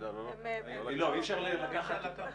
אי אפשר לקחת אותם.